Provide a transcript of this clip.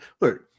look